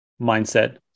mindset